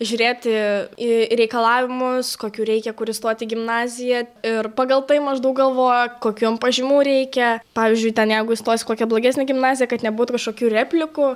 žiūrėti į reikalavimus kokių reikia kur įstoti į gimnaziją ir pagal tai maždaug galvoja kokių jam pažymų reikia pavyzdžiui ten jeigu įstosi į kokią blogesnę gimnaziją kad nebūtų kažkokių replikų